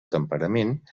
temperament